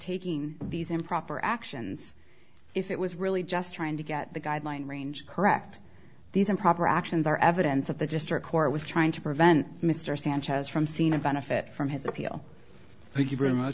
taking these improper actions if it was really just trying to get the guideline range correct these improper actions are evidence of the district court was trying to prevent mr sanchez from siena benefit from his appeal thank you very much